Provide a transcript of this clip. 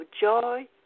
joy